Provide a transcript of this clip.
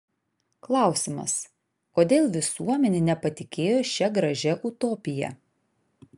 klausimas kodėl visuomenė nepatikėjo šia gražia utopija